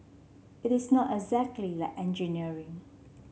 it is not exactly like engineering